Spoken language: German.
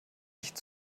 nicht